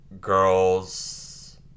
girls